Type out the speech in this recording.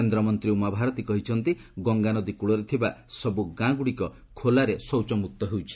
କେନ୍ଦ୍ର ମନ୍ତ୍ରୀ ଉମାଭାରତୀ କହିଛନ୍ତି ଗଙ୍ଗାନଦୀ କୃଳରେ ଥିବା ସବୁ ଗାଁଗୁଡ଼ିକ ଖୋଲାରେ ଶୌଚମୁକ୍ତ ହୋଇଛି